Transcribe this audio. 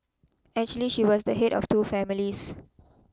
actually she was the head of two families